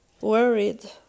worried